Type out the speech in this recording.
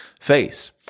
face